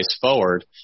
forward